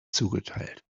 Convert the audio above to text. zugeteilt